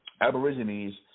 aborigines